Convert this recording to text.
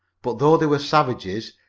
but, though they were savages,